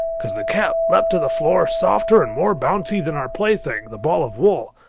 cause the cat leaped to the floor, softer and more bouncey than our plaything, the ball of wool.